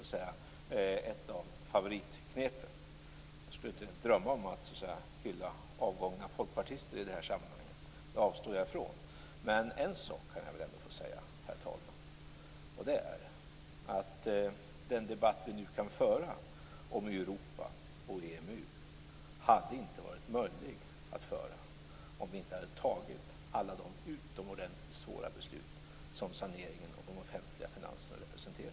Det är ett av favoritknepen. Jag skulle inte drömma om att hylla avgångna folkpartister i det här sammanhanget. Det avstår jag ifrån. Men en sak kan jag väl ändå få säga, herr talman, och det är att den debatt vi nu kan föra om Europa och EMU hade inte varit möjlig att föra om vi inte hade fattat alla de utomordentligt svåra beslut som saneringen av de offentliga finanserna representerar.